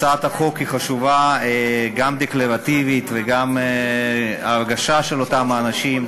הצעת החוק חשובה גם דקלרטיבית וגם להרגשה של אותם האנשים.